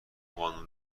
قانون